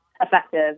effective